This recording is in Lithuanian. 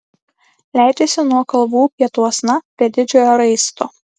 leidžiasi nuo kalvų pietuosna prie didžiojo raisto